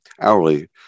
hourly